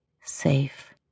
Safe